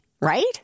right